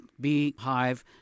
beehive